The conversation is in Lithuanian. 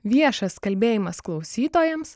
viešas kalbėjimas klausytojams